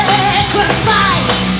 Sacrifice